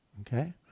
Okay